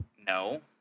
no